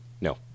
No